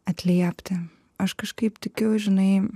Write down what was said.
atliepti aš kažkaip tikiu žinai